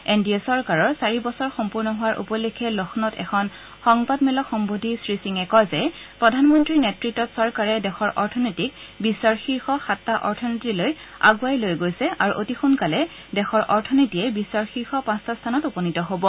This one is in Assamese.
এন ডি এ চৰকাৰৰ চাৰি বছৰ সম্পূৰ্ণ হোৱা উপলক্ষে লক্ষ্ণৌত এখন সংবাদমেলক সম্বোধি শ্ৰীসিঙে কয় যে প্ৰধানমন্ত্ৰীৰ নেতৃত্বত চৰকাৰে দেশৰ অথনীতিক বিশ্বৰ শীৰ্ষ সাতটা অথনীতিলৈ আগুৱাই লৈ গৈছে আৰু অতি সোনকালে দেশৰ অৰ্থনীতিয়ে বিশ্বৰ শীৰ্ষ পাঁচটা স্থানত উপনীত হ'ব